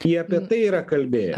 jie apie tai yra kalbėję